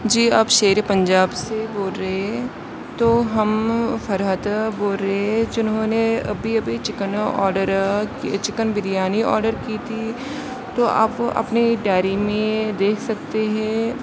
جی آپ شیرِ پنجاب سے بول رہے ہیں تو ہم فرحت بول رہے جنہوں نے ابھی ابھی chicken order chicken biryani order کی تھی تو آپ اپنے ڈائری میں دیکھ سکتے ہیں